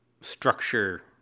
structure